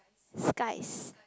skies